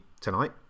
tonight